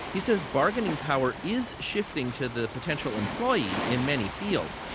he says bargaining power is shifting to the potential employee in many fields.